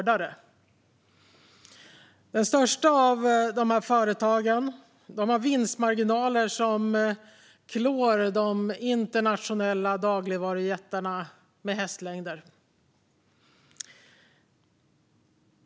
De största företagen har vinstmarginaler som klår de internationella dagligvarujättarna med hästlängder.